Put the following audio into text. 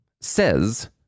says